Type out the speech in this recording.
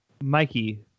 Mikey